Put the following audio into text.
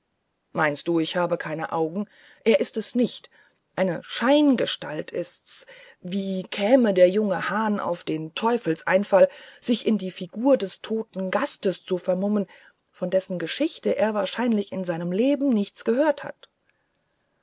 meinst du ich habe keine augen er ist es nicht eine scheingestalt ist's wie käme der junge hahn auf den teufelseinfall sich in die figur des toten gastes zu vermummen von dessen geschichte er wahrscheinlich in seinem leben nichts gehört hat